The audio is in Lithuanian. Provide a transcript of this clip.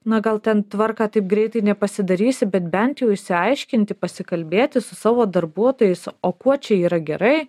na gal ten tvarką taip greitai nepasidarysi bet bent jau išsiaiškinti pasikalbėti su savo darbuotojais o kuo čia yra gerai